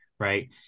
Right